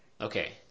Okay